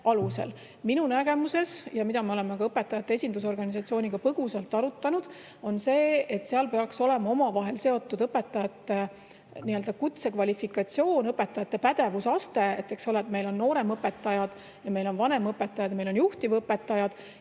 Minu nägemuses, ja seda me oleme ka õpetajate esindusorganisatsiooniga põgusalt arutanud, on nii, et seal peaks olema omavahel seotud õpetajate nii-öelda kutsekvalifikatsioon, õpetajate pädevusaste, et meil on nooremõpetajad ja meil on vanemõpetajad ja meil on juhtivõpetajad.